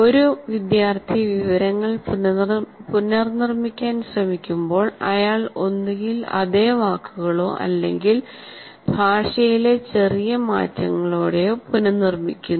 ഒരു വിദ്യാർത്ഥി വിവരങ്ങൾ പുനർനിർമ്മിക്കാൻ ശ്രമിക്കുമ്പോൾ അയാൾ ഒന്നുകിൽ അതെ വാക്കുകളോ അല്ലെങ്കിൽ ഭാഷയിലെ ചെറിയ മാറ്റങ്ങളോടെ പുനർനിർമ്മിക്കുന്നു